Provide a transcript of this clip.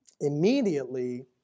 immediately